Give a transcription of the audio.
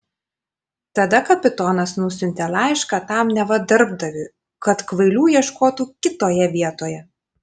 tada kapitonas nusiuntė laišką tam neva darbdaviui kad kvailių ieškotų kitoje vietoje